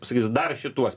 sakys dar šituos